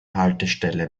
haltestelle